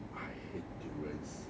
I hate durians